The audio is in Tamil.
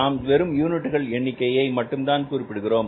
நாம் வெறும் யூனிட்டுகளில் எண்ணிக்கையை மட்டும் தான் குறிப்பிடுகிறோம்